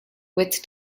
with